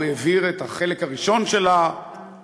הוא העביר את החלק הראשון של הרפורמה,